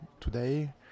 today